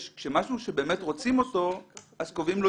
כשמשהו שבאמת רוצים אותו, אז קובעים לו